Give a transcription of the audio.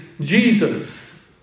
Jesus